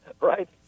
right